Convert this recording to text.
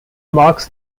marks